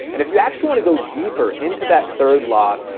and if you actually wanna go deeper into that third law,